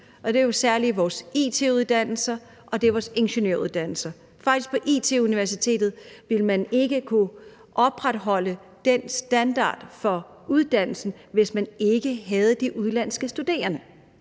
og det er jo særlig i vores it-uddannelser, og det er vores ingeniøruddannelser. Man ville faktisk på IT-Universitetet ikke kunne opretholde den standard for uddannelsen, hvis man ikke havde de udenlandske studerende.